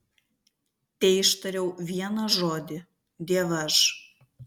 teištariau vieną žodį dievaž